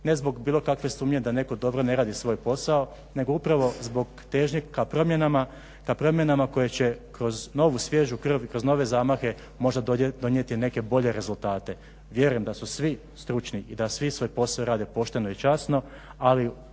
ne zbog bilo kakve sumnje da netko dobro ne radi svoj posao nego upravo zbog težnje ka promjenama koje će kroz novu svježu krv i kroz nove zamahe možda donijeti neke bolje rezultate. Vjerujem da su svi stručni i da svi svoj posao rade pošteno i časno, ali da